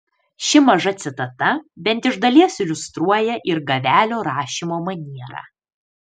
ši maža citata bent iš dalies iliustruoja ir gavelio rašymo manierą